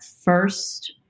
first